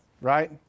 right